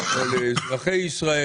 או לאזרחי ישראל,